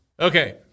Okay